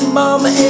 mama